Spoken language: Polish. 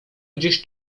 gdzieś